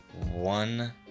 One